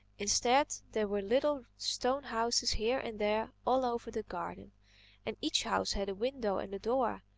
instead there were little stone houses here and there all over the garden and each house had a window and a door.